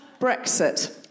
Brexit